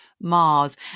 Mars